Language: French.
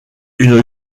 une